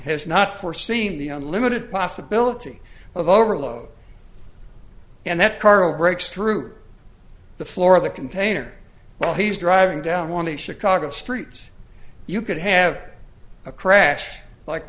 has not foreseen the unlimited possibility of overload and that car wrecks through the floor of the container well he's driving down want to chicago streets you could have a crash like